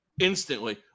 Instantly